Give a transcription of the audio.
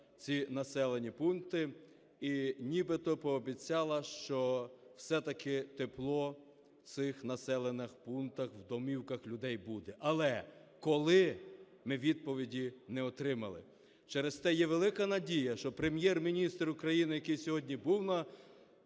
ці населені пункти і нібито пообіцяла, що все-таки тепло в цих населених пунктах в домівках людей буде. Але коли, ми відповіді не отримали. Через те є велика надія, що Прем'єр-міністр України, який сьогодні був на